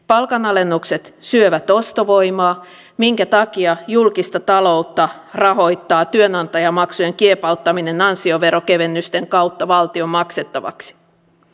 palkanalennukset syövät ostovoimaa minkä takia julkista taloutta rahoittaa työnantajamaksujen kiepauttaminen ansioverokevennysten kautta valtion maksettavaksi